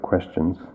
questions